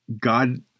God